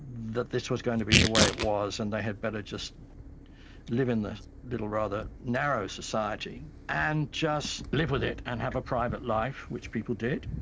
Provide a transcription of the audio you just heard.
that this was going to be the way it was and they had better just live in the little rather narrow society and just live with it and have a private life, which people did.